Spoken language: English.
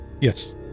Yes